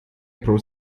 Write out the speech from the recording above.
pro